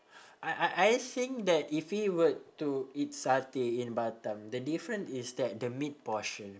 I I I think that if we were to eat satay in batam the different is that the meat portion